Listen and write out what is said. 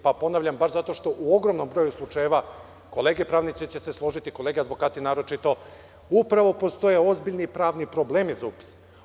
Ponavljam, baš zato što u ogromnom broju slučajeva, kolege pravnici će se složiti, kolege advokati naročito, upravo postoje ozbiljni pravni problemi za upis.